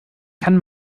kann